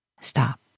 Stop